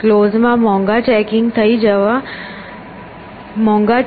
ક્લોઝમાં મોંઘા ચેકિંગ થવા જઈ રહ્યા છે